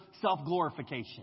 self-glorification